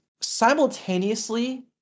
simultaneously